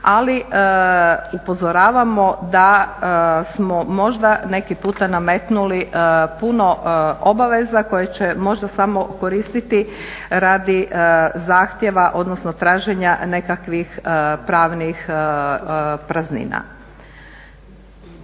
ali upozoravamo da smo možda neki puta nametnuli puno obaveza koje će možda samo koristiti radi zahtjeva odnosno traženja nekakvih pravnih praznina.